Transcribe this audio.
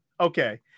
okay